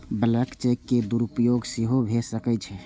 blank cheque के दुरुपयोग सेहो भए सकै छै